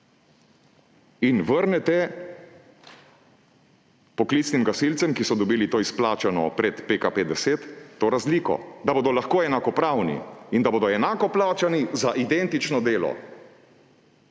in vrnete poklicnim gasilcem, ki so dobili to izplačano pred PKP10, to razliko. Da bodo lahko enakopravni in da bodo enako plačani za identično delo.